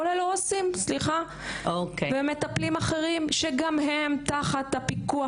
כולל עו"סים ומטפלים אחרים שגם הם תחת הפיקוח